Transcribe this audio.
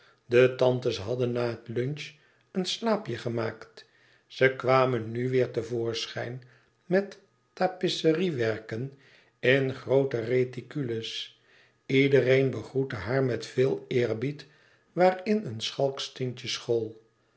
de tantes hadden na het lunch een slaapje gemaakt ze kwamen nu weêr te voorschijn met tapisseriewerken in groote réticules iedereen begroette haar met veel eerbied waarin een schalksch tintje school